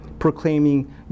Proclaiming